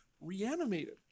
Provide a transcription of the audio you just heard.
reanimated